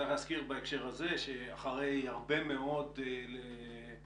צריך להזכיר בהקשר הזה שאחרי הרבה מאוד אמירות,